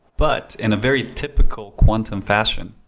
but in a very typical quantum fashion,